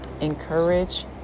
encourage